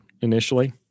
initially